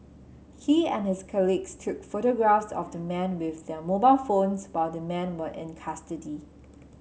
he and his colleagues took photographs of the men with their mobile phones while the men were in custody